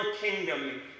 kingdom